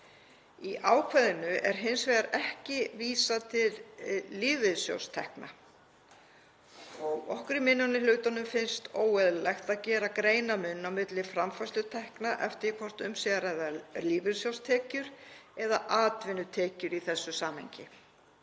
Í ákvæðinu er hins vegar ekki vísað til lífeyrissjóðstekna. Okkur í minni hlutanum finnst óeðlilegt að gera greinamun á milli framfærslutekna eftir því hvort um sé að ræða lífeyrissjóðstekjur eða atvinnutekjur í þessu samhengi.